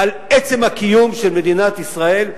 על עצם הקיום של מדינת ישראל,